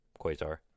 Quasar